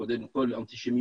קודם כל אנטישמיות,